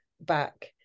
back